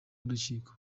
w’urukiko